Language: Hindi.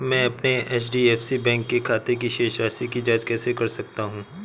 मैं अपने एच.डी.एफ.सी बैंक के खाते की शेष राशि की जाँच कैसे कर सकता हूँ?